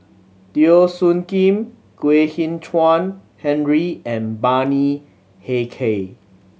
Teo Soon Kim Kwek Hian Chuan Henry and Bani Haykal